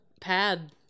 pad